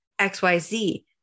XYZ